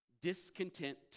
discontent